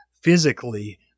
physically